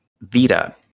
Vita